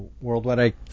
Worldwide